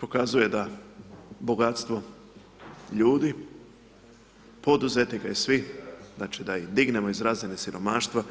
Pokazuje da bogatstvo ljudi, poduzetnika i svih, znači, da ih dignemo iz razine siromaštva,